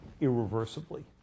irreversibly